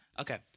Okay